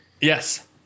Yes